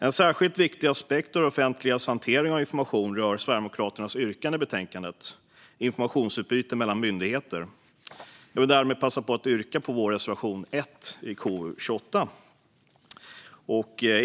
En särskilt viktig aspekt av det offentligas hantering av information rör Sverigedemokraternas yrkande i betänkandet: informationsutbyte mellan myndigheter. Jag vill därmed passa på att yrka bifall till vår reservation l i KU28.